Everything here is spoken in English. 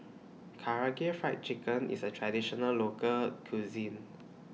Karaage Fried Chicken IS A Traditional Local Cuisine